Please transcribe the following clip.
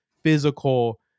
physical